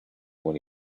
when